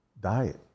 diet